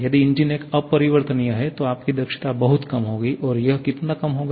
यदि इंजन एक अपरिवर्तनीय है तो आपकी दक्षता बहुत कम होगी और यह कितना कम होगा